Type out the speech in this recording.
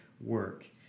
work